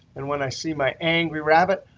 and when i see my angry rabbit,